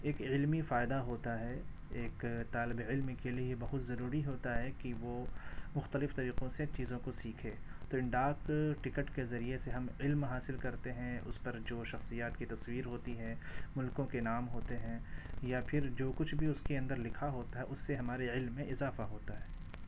ایک علمی فائدہ ہوتا ہے ایک طالب علم کے لیے بہت ضروری ہوتا ہے کہ وہ مختلف طریقوں سے چیزوں کو سیکھے تو ان ڈاک ٹکٹ کے ذریعے سے ہم علم حاصل کرتے ہیں اس پر جو شخصیات کی تصویر ہوتی ہے ملکوں کے نام ہوتے ہیں یا پھر جو کچھ بھی اس کے اندر لکھا ہوتا ہے اس سے ہمارے علم میں اضافہ ہوتا ہے